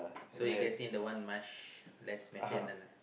so you getting the one much less maintenance ah